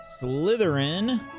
Slytherin